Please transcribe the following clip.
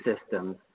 systems